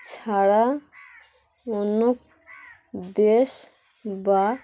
ছাড়া অন্য দেশ বা